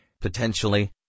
Potentially